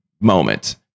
moment